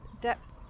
depth